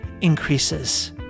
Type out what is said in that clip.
increases